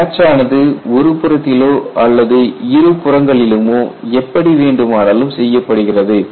batch ஆனது ஒரு புறத்திலோ அல்லது இருபுறங்களிலுமோ எப்படி வேண்டுமானாலும் செய்யப்படுகிறது